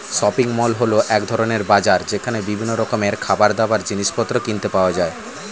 shopping mall হল এক ধরণের বাজার যেখানে বিভিন্ন রকমের খাবারদাবার, জিনিসপত্র কিনতে পাওয়া যায়